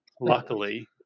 luckily